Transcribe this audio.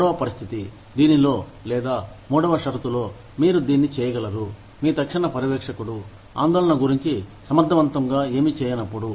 మూడవ పరిస్థితి దీనిలో లేదా మూడవ షరతులో మీరు దీన్ని చేయగలరు మీ తక్షణ పర్యవేక్షకుడు ఆందోళన గురించి సమర్థవంతంగా ఏమి చేయనప్పుడు